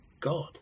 God